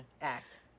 act